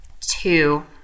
two